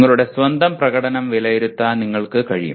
നിങ്ങളുടെ സ്വന്തം പ്രകടനം വിലയിരുത്താൻ നിങ്ങൾക്ക് കഴിയും